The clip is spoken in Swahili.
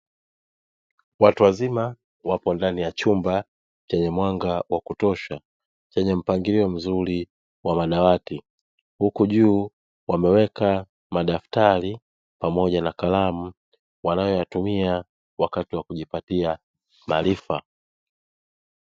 Watu wazima wapo ndani ya chumba chenye mwanga wa kutosha chenye mpangilio mzuri wa madawati, huku juu wameweka madaftari pamoja na kalamu wanayoyatumia wakati wa kujipatia maarifa.